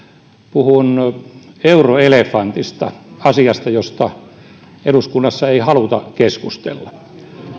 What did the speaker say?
puhun euroelefantista asiasta josta eduskunnassa ei haluta keskustella